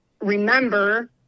remember